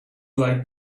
like